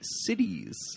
cities